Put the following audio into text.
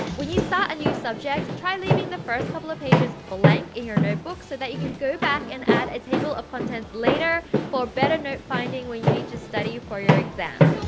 when you start a new subject, try leaving the first couple of pages blank in your notebook, so that you can go back, and add a table of contents later, for a better note finding when you need to study for your exams!